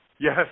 Yes